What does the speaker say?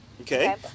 Okay